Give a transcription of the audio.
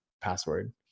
password